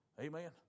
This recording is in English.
Amen